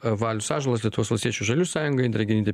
valius ąžuolas lietuvos valstiečių žalių sąjunga indrė genytė